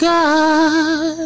God